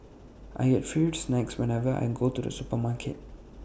I get free snacks whenever I go to the supermarket